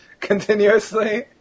continuously